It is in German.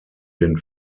den